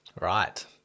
Right